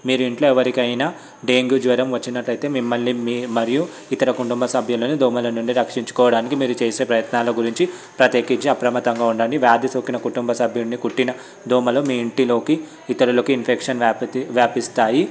మీరు ఇంట్లో ఎవరికైనా డెంగ్యూ జ్వరం వచ్చినట్టయితే మిమ్మల్ని మీ మరియు ఇతర కుటుంబ సభ్యులను దోమల నుండి రక్షించుకోవడానికి మీరు చేసే ప్రయత్నాల గురించి ప్రత్యేకించి అప్రమత్తంగా ఉండండి వ్యాధి సోకిన కుటుంబ సభ్యుని కుట్టిన దోమను మీ ఇంటిలోకి ఇతరులకి ఇన్ఫెక్షన్ వ్యాపితి వ్యాపిస్తాయి